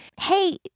hey